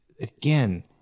again